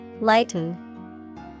Lighten